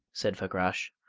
said fakrash,